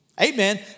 Amen